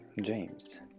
James